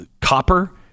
copper